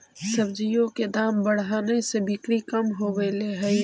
सब्जियों के दाम बढ़ने से बिक्री कम हो गईले हई